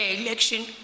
election